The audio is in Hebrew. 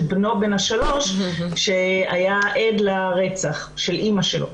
בנו בן השלוש שהיה עד לרצח של אמא שלו.